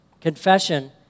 Confession